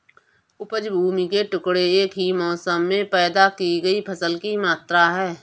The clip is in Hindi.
उपज भूमि के टुकड़े में एक ही मौसम में पैदा की गई फसल की मात्रा है